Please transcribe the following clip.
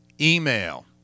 email